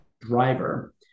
driver